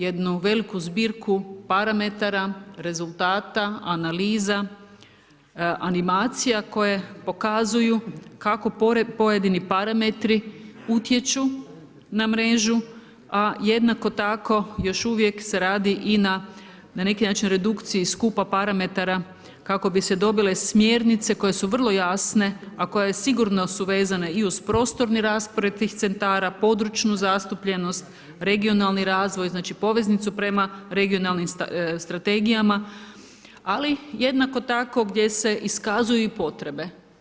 jednu veliku zbirku parametara, rezultata, analiza, animacija koje pokazuju kako pojedini parametri utječu na mrežu, a jednako tako još uvijek se radi i na neki način redukciji skupa parametara kako bi se dobije smjernice koje su vrlo jasne, a koje sigurno su vezane i uz prostorni raspored tih centara, područnu zastupljenost, regionalni razvoj, znači poveznicu prema regionalnim strategijama, ali jednako tako, gdje se iskazuju i potrebe.